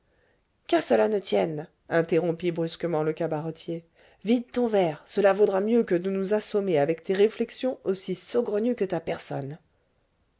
qu'à cela ne tienne interrompit brusquement le cabaretier vide ton verre cela vaudra mieux que de nous assommer avec tes réflexions aussi saugrenues que ta personne